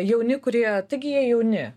jauni kurie taigi jie jauni